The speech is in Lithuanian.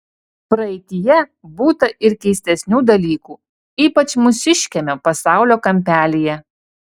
praeityje būta ir keistesnių dalykų ypač mūsiškiame pasaulio kampelyje